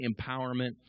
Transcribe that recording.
empowerment